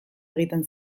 egiten